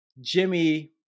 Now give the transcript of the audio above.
Jimmy